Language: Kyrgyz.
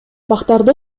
бактарды